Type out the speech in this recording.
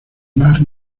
mar